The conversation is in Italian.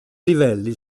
livelli